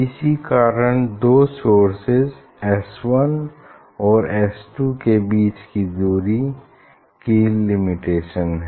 इसी कारण दो सोर्सेज एस वन और एस टू के बीच की दूरी की लिमिटेशन है